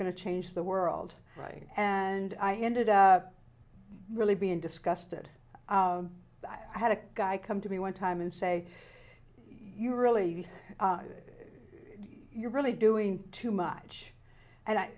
going to change the world writing and i ended up really being disgusted i had a guy come to me one time and say you're really you're really doing too much and